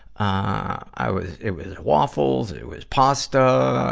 i was, it was waffles, it was pasta,